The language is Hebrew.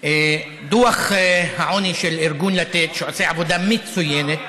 דוח העוני של ארגון לתת, שעושה עבודה מצוינת,